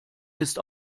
ist